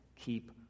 keep